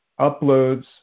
uploads